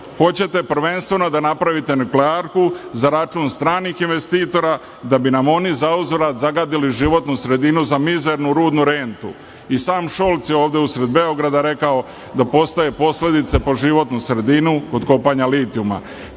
Hoćete prvenstveno da napravite nuklearku za račun stranih investitora da bi nam oni zauzvrat zagadili životnu sredinu za mizernu rudnu rentu. I sam Šolc je ovde usred Beograda rekao da postaje posledice po životnu sredinu kod kopanja litijuma.